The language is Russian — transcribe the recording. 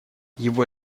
его